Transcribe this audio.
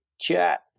chat